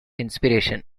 inspiration